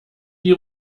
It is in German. die